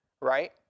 Right